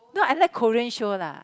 no I like Korean show lah